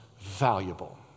valuable